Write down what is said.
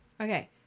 okay